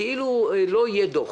כאילו לא יהיה דוח.